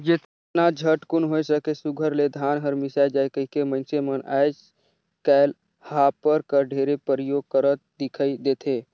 जेतना झटकुन होए सके सुग्घर ले धान हर मिसाए जाए कहिके मइनसे मन आएज काएल हापर कर ढेरे परियोग करत दिखई देथे